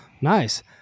Nice